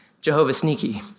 Jehovah-sneaky